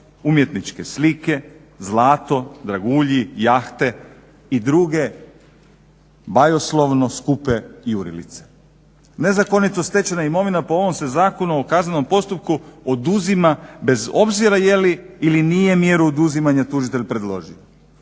umjetničke slike, zlato, dragulji, jahte i druge bajoslovno skupe jurilice. Nezakonito stečena imovina po ovom se Zakonu o kaznenom postupku oduzima bez obzira je li ili nije mjeru oduzimanja tužitelj predložio.